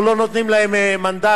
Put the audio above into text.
אנחנו לא נותנים להן מנדט,